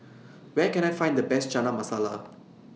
Where Can I Find The Best Chana Masala